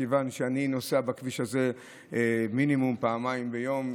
מכיוון שאני נוסע בכביש הזה מינימום פעמיים ביום,